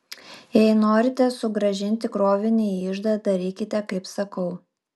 jei norite sugrąžinti krovinį į iždą darykite kaip sakau